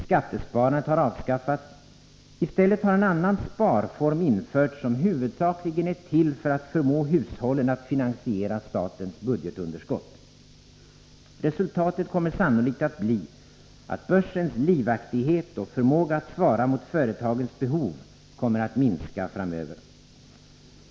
Skattesparandet har avskaffats, och i stället har en annan sparform införts som huvudsakligen är till för att förmå hushållen att finansiera statens budgetunderskott. Resultatet kommer sannolikt att bli att börsens livaktighet och förmåga att svara mot företagens behov kommer att minska framöver.